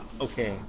okay